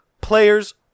players